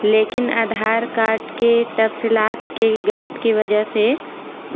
لیکن آدھار کارڈ کے تفصیلات کے غلط کی وجہ سے